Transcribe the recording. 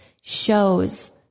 shows